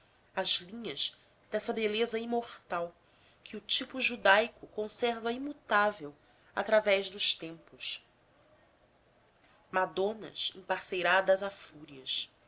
as linhas dessa beleza imortal que o tipo judaico conserva imutável através dos tempos madonas emparceiradas a fúrias